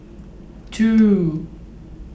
two